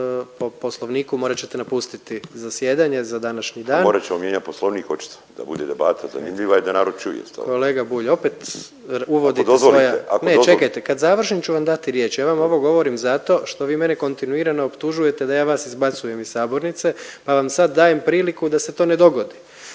po Poslovniku morat ćete napustiti zasjedanje za današnji dan. …/Upadica Miro Bulj: Morat ćemo mijenjati Poslovnik očito da bude debata zanimljiva i da narod čuje sve./… Kolega Bulj opet uvodite svoja … …/Upadica Miro Bulj: Ako dozvolite, ako dozvolite./… Ne čekajte kad završim ću vam dati riječ. Ja vam ovo govorim zato što vi mene kontinuirano optužujete da ja vas izbacujem iz sabornice pa vam sad dajem priliku da se to ne dogodi,